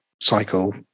cycle